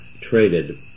traded